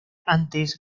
antes